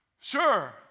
Sure